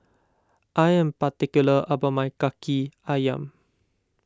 I am particular about my Kaki Ayam